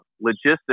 logistics